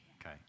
Okay